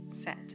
set